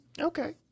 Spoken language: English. Okay